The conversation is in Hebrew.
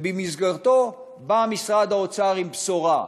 ובמסגרתו בא משרד האוצר עם בשורה.